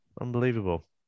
unbelievable